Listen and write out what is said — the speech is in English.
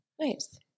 Nice